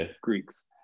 Greeks